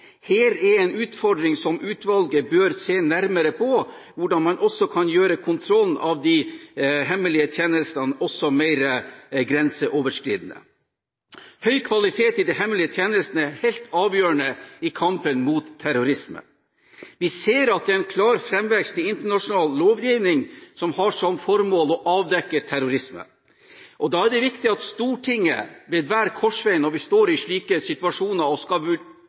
er en utfordring som utvalget bør se nærmere på – hvordan man også kan gjøre kontrollen av de hemmelige tjenestene mer grenseoverskridende. Høy kvalitet i de hemmelige tjenestene er helt avgjørende i kampen mot terrorisme. Vi ser at det er en klar framvekst av internasjonal lovgivning som har som formål å avdekke terrorisme. Da er det viktig at Stortinget ved hver korsvei, når vi står i slike situasjoner og skal